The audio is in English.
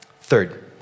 Third